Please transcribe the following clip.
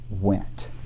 Went